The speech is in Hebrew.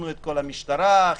את המשטרה,